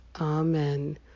amen